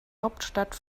hauptstadt